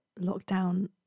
lockdown